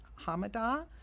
hamada